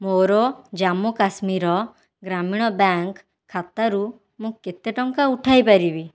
ମୋ'ର ଜାମ୍ମୁ କାଶ୍ମୀର ଗ୍ରାମୀଣ ବ୍ୟାଙ୍କ୍ ଖାତାରୁ ମୁଁ କେତେ ଟଙ୍କା ଉଠାଇ ପାରିବି